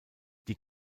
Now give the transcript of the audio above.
die